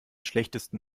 schlechtesten